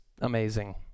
amazing